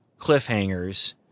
cliffhangers